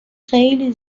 خیلی